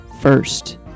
First